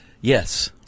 Yes